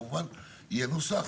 כמובן יהיה נוסח.